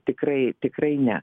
tikrai tikrai ne